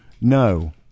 No